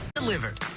delivered.